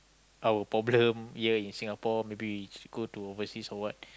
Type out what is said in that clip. our problems year in Singapore maybe go to overseas so what